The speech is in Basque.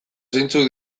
zeintzuk